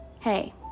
Hey